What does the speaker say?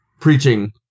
preaching